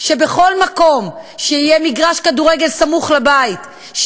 שבכל מקום שיהיה מגרש כדורגל סמוך לבית,